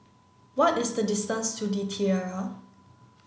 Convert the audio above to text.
what is the distance to The Tiara